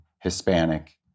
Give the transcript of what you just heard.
Hispanic